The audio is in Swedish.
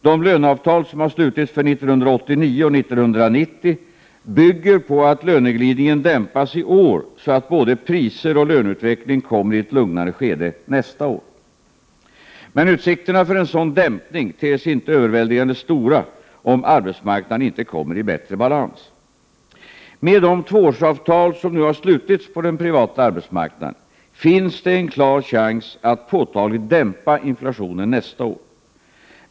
De löneavtal som har slutits för 1989 och 1990 bygger på att löneglidningen dämpas i år, så att både priser och löneutveckling kommer i ett lugnare skede nästa år. Men utsikterna för en sådan dämpning ter sig inte överväldigande stora om arbetsmarknaden inte kommer i bättre balans. Med de tvåårsavtal som nu har slutits på den privata arbetsmarknaden finns en klar chans att påtagligt dämpa inflationen nästa år.